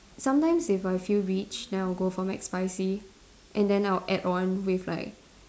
sometimes if I feel rich then I'll go for McSpicy and then I'll add on with like